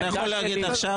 אתה יכול להגיד עכשיו?